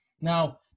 Now